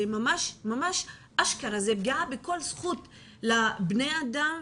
זה פגיעה בכל זכות לבני אדם,